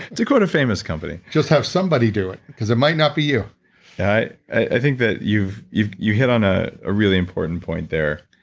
to quote a famous company just have somebody do it because it might not be you i i think that you you hit on ah a really important point there.